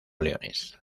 leones